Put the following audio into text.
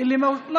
(אני